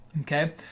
okay